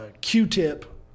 Q-tip